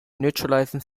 neutralizing